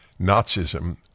Nazism